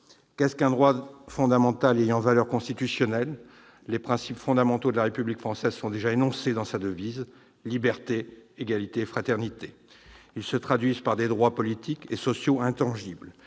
Qu'est-ce qu'un droit fondamental ayant valeur constitutionnelle ? Les principes fondamentaux de la République française sont déjà énoncés dans sa devise :« Liberté, Égalité, Fraternité ». Ils se traduisent par des droits politiques et sociaux intangibles.